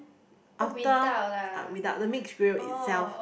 after ah without the mixed grill itself